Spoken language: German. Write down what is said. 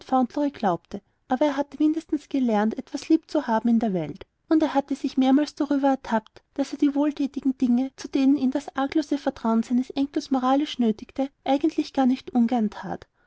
glaubte aber er hatte mindestens gelernt etwas lieb zu haben in der welt und er hatte sich mehrmals darüber ertappt daß er die wohlthätigen dinge zu denen ihn das arglose vertrauen seines enkels moralisch nötigte eigentlich gar nicht ungern that